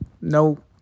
No